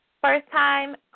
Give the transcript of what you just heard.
first-time